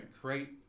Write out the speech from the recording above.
create